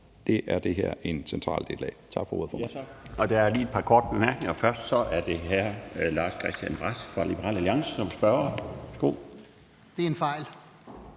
Det er det her en central del af. Tak for ordet,